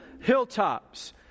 hilltops